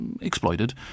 exploited